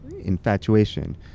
infatuation